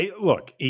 look